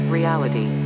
Reality